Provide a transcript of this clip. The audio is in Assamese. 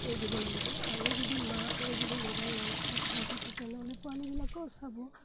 থৈ দিব লাগিব আমি যদি মা হৈ যদি মোবাইল ননষ্টপ চাই থাকোঁ তেনেহ'লে পোৱালীবিলাকেও চাব